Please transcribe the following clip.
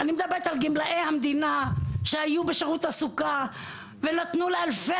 אני מדברת על גמלאי המדינה שהיו בשירות התעסוקה ונתנו לאלפי